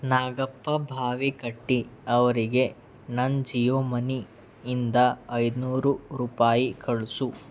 ನಾಗಪ್ಪ ಭಾವಿಕಟ್ಟಿ ಅವರಿಗೆ ನನ್ನ ಜಿಯೋಮನಿ ಇಂದ ಐದುನೂರು ರೂಪಾಯಿ ಕಳಿಸು